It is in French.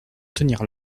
tenir